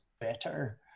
better